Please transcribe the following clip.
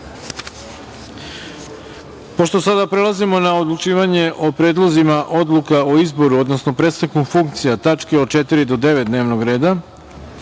sada prelazimo na odlučivanje o predlozima odluka o izboru, odnosno prestanku funkcija (tačke od 4. do 9. dnevnog reda),